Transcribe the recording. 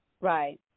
Right